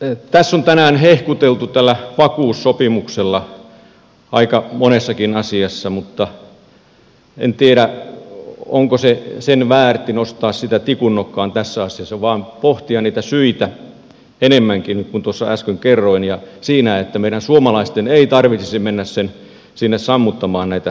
tässä on tänään hehkuteltu tällä vakuussopimuksella aika monessakin asiassa mutta en tiedä onko sen väärti nostaa sitä tikunnokkaan tässä asiassa vaan pitäisi pohtia niitä syitä enemmänkin kuten äsken kerroin ja sitä että meidän suomalaisten ei tarvitsisi mennä sinne sammuttamaan näitä tulipaloja